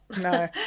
No